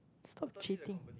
stop cheating